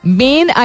main